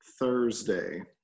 Thursday